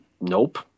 nope